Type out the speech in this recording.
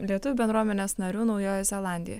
lietuvių bendruomenės narių naujojoj zelandijoj